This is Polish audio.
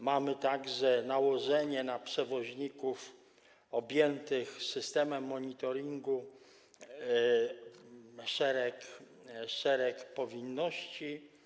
Mamy także nałożenie na przewoźników objętych systemem monitoringu szeregu powinności.